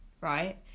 right